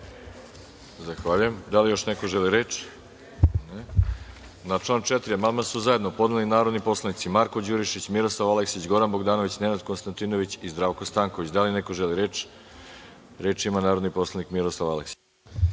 Zahvaljujem. Da li neko želi reč? (Ne)Na član 4. amandman su zajedno podneli narodni poslanici Marko Đurišić, Miroslav Aleksić, Goran Bogdanović, Nenad Konstantinović i Zdravko Stanković. Da li neko želi reč? (Da)Reč ima narodni poslanik Miroslav Aleksić.